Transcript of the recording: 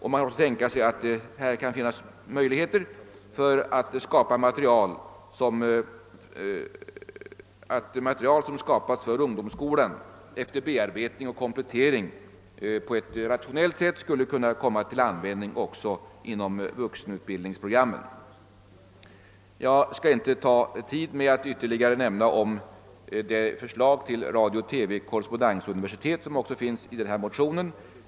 Man kan tänka sig att här skulle finnas goda möjligheter för att det arbetsmaterial, som skapats för ungdomsskolan, efter bearbetning och komplettering på ett rationellt sätt skulle kunna komma till användning också i vuxenutbildningsprogrammen. Jag skall inte ta upp tid med att ytterligare nämna om det förslag till radio-TV-korrespondens-universitet som också finns i denna motion.